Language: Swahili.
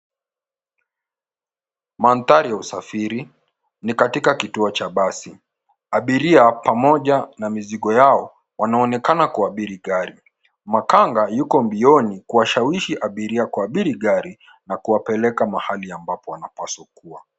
Mandhari ya usafiri, ni katika kituo cha basi. Abiria pamoja na mizigo yao wanaonekana kuabiri gari. Makanga yuko mbioni kuwashawishi abiria kuabiri gari na kuwapeleka mahali ambapo wanapaswa kuwa.